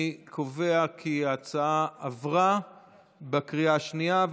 אני קובע כי ההצעה עברה בקריאה השנייה.